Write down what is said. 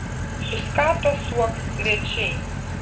suskato suokt svečiai